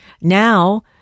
Now